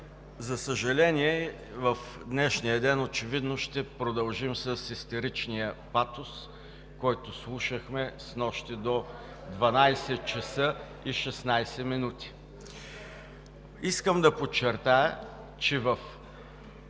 За съжаление, в днешния ден очевидно ще продължим с истеричния патос, който слушахме снощи до 00,16 часа. Искам да подчертая, че в